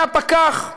מהפקח,